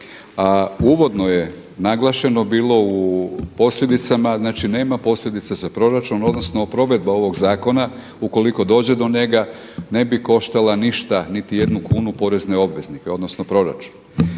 a uvodno je naglašeno bilo u posljedicama nema posljedicama za proračun odnosno provedba ovog zakona ukoliko dođe do njega ne bi koštala ništa niti jednu kunu porezne obveznike odnosno proračun.